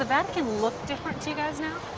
ah vatican look different to you guys now?